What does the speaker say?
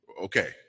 okay